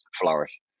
flourish